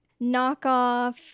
knockoff